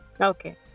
Okay